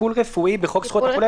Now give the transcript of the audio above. טיפול רפואי בחוק זכויות החולה,